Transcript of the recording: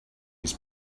his